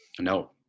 No